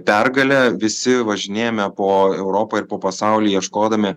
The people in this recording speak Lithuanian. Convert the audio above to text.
pergalę visi važinėjame po europą ir po pasaulį ieškodami